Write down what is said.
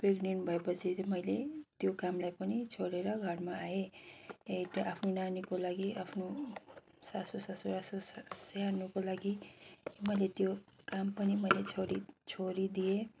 pregnant भएपछि मैले त्यो कामलाई पनि छोडेर घरमा आएँ त्यो आफ्नो नानीको लागि आफ्नो सासु ससुरा सु स्याहार्नुको लागि मैले त्यो काम पनि मैले छोडी छोडिदिएँ